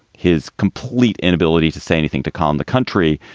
his complete inability to say anything to calm the country.